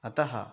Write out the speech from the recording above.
अतः